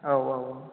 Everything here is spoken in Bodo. औ औ औ